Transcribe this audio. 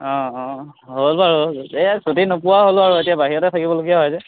অঁ অঁ হ'ল বাৰু এই ছুটী নোপোৱা হ'লো আৰু এতিয়া বাহিৰতে থাকিবলগীয়া হৈছে